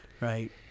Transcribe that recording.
right